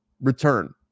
return